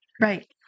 Right